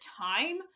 time